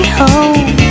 home